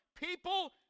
People